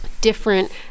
different